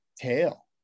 tail